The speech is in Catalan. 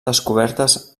descobertes